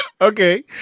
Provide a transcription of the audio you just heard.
Okay